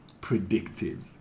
predictive